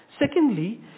Secondly